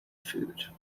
food